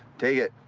take it.